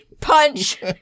punch